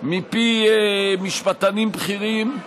מפי משפטנים בכירים,